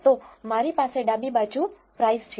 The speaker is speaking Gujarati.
તો મારી પાસે ડાબી બાજુ price છે